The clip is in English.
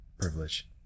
privilege